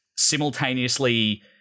simultaneously